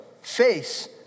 face